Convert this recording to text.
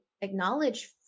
acknowledge